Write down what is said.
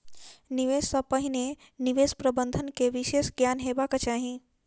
निवेश सॅ पहिने निवेश प्रबंधन के विशेष ज्ञान हेबाक चाही